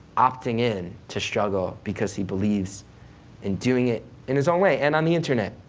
opting in to struggle because he believes in doing it in his own way, and on the internet.